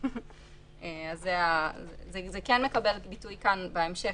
זה מקבל ביטוי כ אן בהמשך,